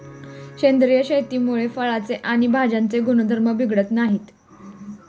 सेंद्रिय शेतीमुळे फळांचे आणि भाज्यांचे गुणधर्म बिघडत नाहीत